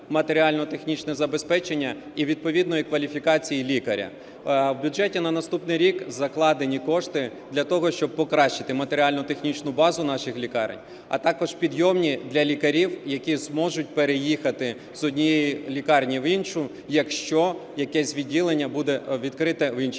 матеріально-технічне забезпечення і відповідної кваліфікації лікаря. В бюджеті на наступний рік закладені кошти для того, щоб покращити матеріально-технічну базу наших лікарень, а також підйомні для лікарів, які зможуть переїхати з однієї лікарні в іншу, якщо якесь відділення буде відкрите в іншій лікарні.